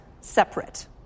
separate